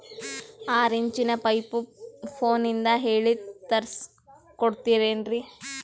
ಆರಿಂಚಿನ ಪೈಪು ಫೋನಲಿಂದ ಹೇಳಿ ತರ್ಸ ಕೊಡ್ತಿರೇನ್ರಿ?